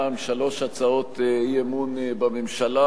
פעם שלוש הצעות אי-אמון בממשלה,